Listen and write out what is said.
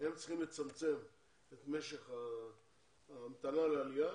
צריכים לצמצם את משך ההמתנה לעלייה